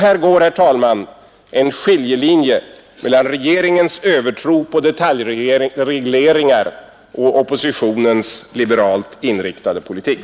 Här går, herr talman, en skiljelinje mellan regeringens övertro på detaljregleringar och oppositionens liberalt inriktade politik.